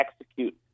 execute